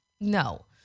No